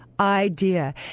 idea